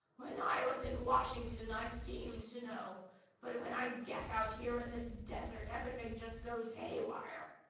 when i was in washington, i seemed to know but when i get out here in this desert, everything just goes haywire.